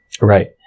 Right